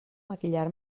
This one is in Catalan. maquillar